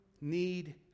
need